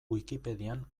wikipedian